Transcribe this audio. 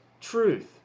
truth